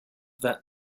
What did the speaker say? that